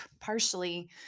partially